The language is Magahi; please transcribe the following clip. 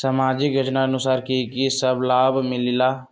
समाजिक योजनानुसार कि कि सब लाब मिलीला?